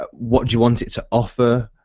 ah what you want it to offer,